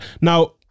Now